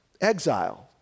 Exile